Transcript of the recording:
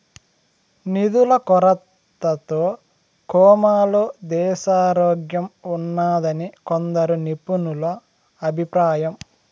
నిధుల కొరతతో కోమాలో దేశారోగ్యంఉన్నాదని కొందరు నిపుణుల అభిప్రాయం